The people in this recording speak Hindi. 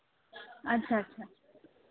अच्छा अच्छा